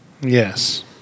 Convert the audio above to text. Yes